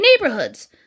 neighborhoods